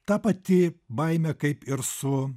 ta pati baimė kaip ir su